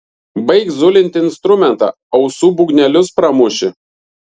baik zulinti instrumentą ausų būgnelius pramuši